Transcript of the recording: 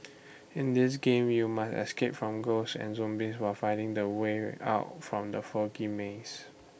in this game you must escape from ghosts and zombies while finding the way out from the foggy maze